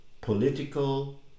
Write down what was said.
political